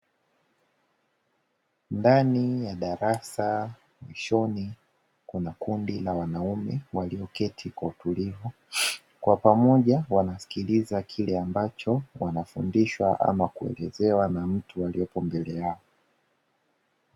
Ndani ya darasa mwishoni kuna kundi la wanaume walioketi kwa utulivu, kwa pamoja wanasikiliza kile ambacho wanafundishwa ama kuelezewa na mtu aliyesimama mbele yao.